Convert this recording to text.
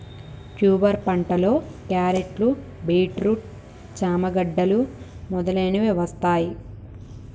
tuber పంటలో క్యారెట్లు, beetroot, చామ గడ్డలు మొదలగునవి వస్తాయ్